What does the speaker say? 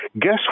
Guess